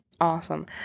Awesome